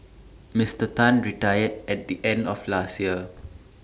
Mister Tan retired at the end of last year